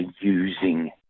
using